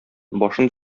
башын